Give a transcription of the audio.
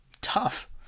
tough